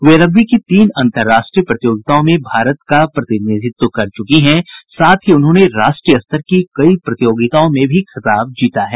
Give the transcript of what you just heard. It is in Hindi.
वे रग्बी की तीन अन्तर्राष्ट्रीय प्रतियोगिताओं में भारत का प्रतिनिधित्व कर चुकी हैं साथ ही उन्होंने राष्ट्रीय स्तर की कई प्रतियोगिताओं में भी खिताब जीता है